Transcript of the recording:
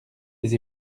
des